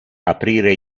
aprire